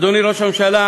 אדוני ראש הממשלה,